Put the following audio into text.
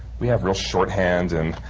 we have real shorthand and,